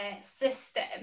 system